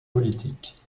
politiques